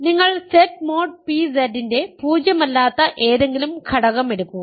നിങ്ങൾ Z mod pZ ന്റെ പൂജ്യമല്ലാത്ത ഏതെങ്കിലും ഘടകം എടുക്കുക